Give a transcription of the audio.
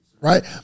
right